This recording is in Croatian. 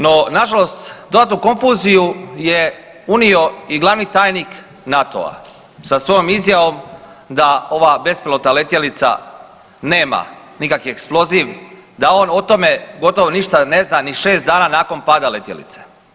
No, nažalost dodatnu konfuziju je unio i glavni tajnik NATO-a sa svojom izjavom da ova bespilotna letjelica nema nikakvi eksploziv, da on o tome gotovo ništa ne zna ni 6 dana nakon pada letjelice.